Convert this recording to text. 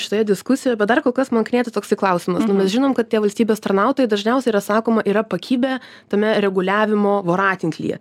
šitoje diskusijoje bet dar kol kas man knieti toksai klausimas nu mes žinom kad tie valstybės tarnautojai dažniausiai yra sakoma yra pakibę tame reguliavimo voratinklyje